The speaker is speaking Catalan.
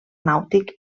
nàutic